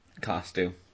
costume